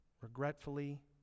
Regretfully